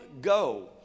go